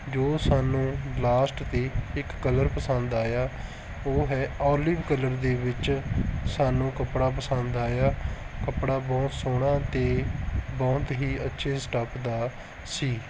ਜੋ ਸਾਨੂੰ ਲਾਸਟ 'ਤੇ ਇੱਕ ਕਲਰ ਪਸੰਦ ਆਇਆ ਉਹ ਹੈ ਆਲਿਵ ਕਲਰ ਦੇ ਵਿੱਚ ਸਾਨੂੰ ਕੱਪੜਾ ਪਸੰਦ ਆਇਆ ਕੱਪੜਾ ਬਹੁਤ ਸੋਹਣਾ ਅਤੇ ਬਹੁਤ ਹੀ ਅੱਛੇ ਸਟਾਫ ਦਾ ਸੀ